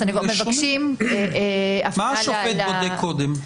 הסניגור מבקשים --- מה השופט בודק קודם?